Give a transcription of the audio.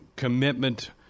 commitment